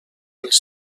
pels